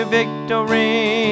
victory